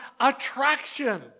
attraction